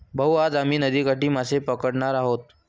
भाऊ, आज आम्ही नदीकाठी मासे पकडणार आहोत